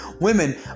women